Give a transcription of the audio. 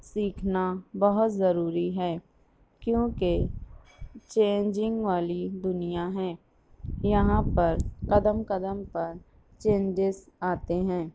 سیکھنا بہت ضروری ہے کیونکہ چینجنگ والی دنیا ہے یہاں پر قدم قدم پر چینجیز آتے ہیں